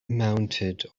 mounted